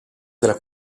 della